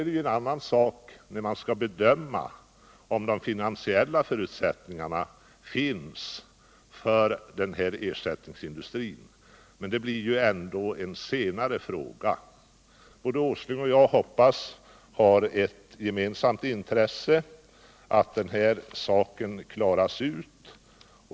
Det är en annan sak när man skall bedöma om de finansiella förutsättningarna finns för den här ersättningsindustrin, men det blir ändå en senare fråga. Nils Åsling och jag har, hoppas jag, ett gemensamt intresse av att den här saken klaras ut.